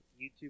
YouTube